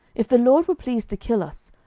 if the lord were pleased to kill us,